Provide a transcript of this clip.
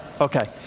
Okay